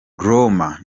roma